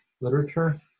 literature